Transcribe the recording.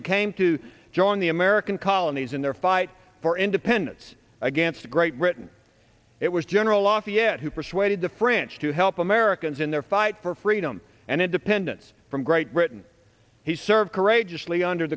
he came to join the american colonies in their fight for independence against great britain it was general lafayette who persuaded the french to help americans in their fight for freedom and independence from great britain he served courageously under